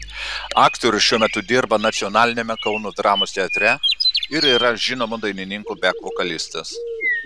aktorius šiuo metu dirba nacionaliniame kauno dramos teatre ir yra žinomo dainininko bek vokalistas